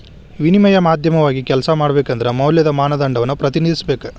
ವಿನಿಮಯ ಮಾಧ್ಯಮವಾಗಿ ಕೆಲ್ಸ ಮಾಡಬೇಕಂದ್ರ ಮೌಲ್ಯದ ಮಾನದಂಡವನ್ನ ಪ್ರತಿನಿಧಿಸಬೇಕ